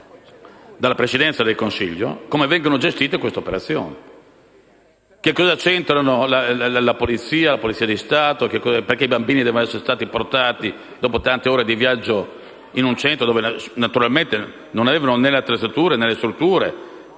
dalla Presidenza del Consiglio come vengono gestite queste operazioni. Cosa c'entra la Polizia di Stato? Perché i bambini sono stati portati, dopo tante ore di viaggio, in un centro dove, naturalmente, non vi erano né le attrezzature, né le strutture,